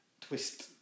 twist